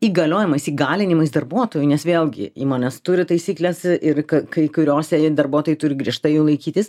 įgaliojimais įgalinimais darbuotojų nes vėlgi įmonės turi taisykles ir kai kuriose darbuotojai turi griežtai jų laikytis